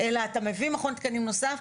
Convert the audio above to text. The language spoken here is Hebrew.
אלא אתה מביא מכון תקנים נוסף,